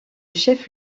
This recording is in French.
chef